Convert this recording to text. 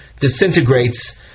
disintegrates